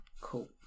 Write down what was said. Cool